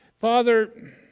Father